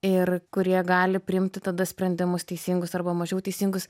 ir kurie gali priimti tada sprendimus teisingus arba mažiau teisingus